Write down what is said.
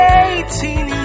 eighteen